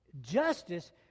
Justice